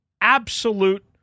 absolute